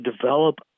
develop